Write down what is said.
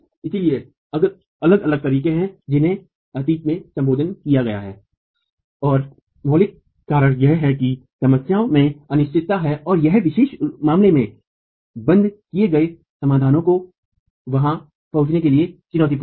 इसलिए अलग अलग तरीके हैं जिन्हें अतीत में संबोधित किया गया है और मौलिक कारण यह है कि समस्या में अनिश्चितता है और इस विशेष मामले में बंद किए गए समाधानों को वहां पहुंचने के लिए चुनौतीपूर्ण है